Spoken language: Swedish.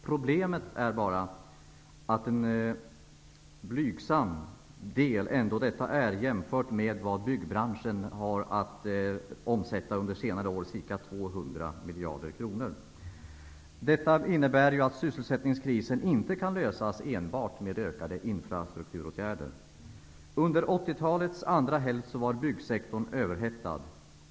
Problemet är bara att detta är en blygsam del jämfört med vad byggbranschen under de senaste åren har omsatt, ca 200 miljarder kronor per år. Detta innebär att sysselsättningskrisen inte kan lösas enbart med ökade infrastrukturåtgärder. Under 1980-talets andra hälft var byggsektorn överhettad.